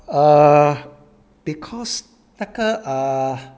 err because 那个 err